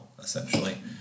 Essentially